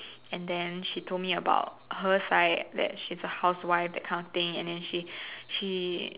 and then she told me about her side that she's a housewife that kind of thing and then she she